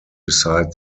beside